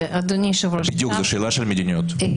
כן, בדיוק, זו שאלה של מדיניות.